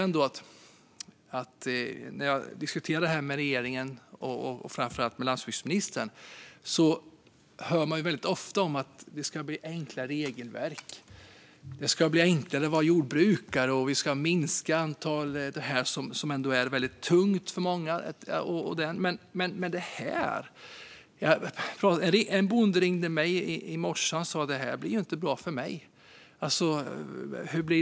När jag diskuterar detta med regeringen, framför allt landsbygdsministern, hör jag väldigt ofta att det ska bli förenklade regelverk. Det ska bli enklare att vara jordbrukare. Vi ska minska det som är väldigt tungt för många. En bonde ringde mig i morse. Han sa: Det här blir inte bra för mig.